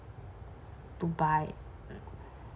to buy eh